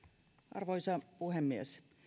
arvoisa puhemies